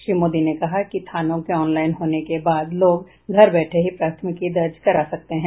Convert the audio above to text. श्री मोदी ने कहा कि थानों के ऑनलाईन होने के बाद लोग घर बैठे ही प्राथमिकी दर्ज करा सकते हैं